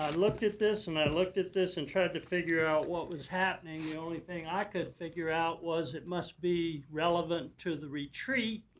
looked at this and i looked at this and tried to figure out what was happening. the only thing i could figure out was it must be relevant to the retreat,